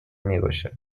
میباشد